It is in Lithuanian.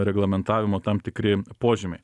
reglamentavimo tam tikri požymiai